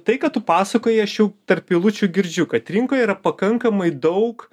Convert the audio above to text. tai ką tu pasakoji aš jau tarp eilučių girdžiu kad rinkoje yra pakankamai daug